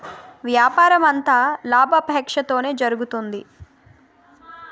వ్యాపారమంతా లాభాపేక్షతోనే జరుగుతుంది